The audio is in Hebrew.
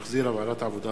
שהחזירה ועדת העבודה,